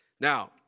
Now